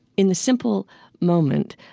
in the simple moment,